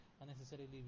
unnecessarily